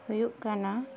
ᱦᱩᱭᱩᱜ ᱠᱟᱱᱟ